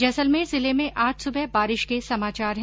जैसलमेर जिले में आज सुबह बारिश के समाचार है